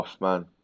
man